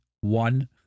one